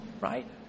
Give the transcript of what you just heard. Right